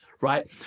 right